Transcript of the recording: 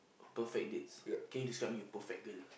perfect dates can you describe me your perfect girl